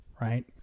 right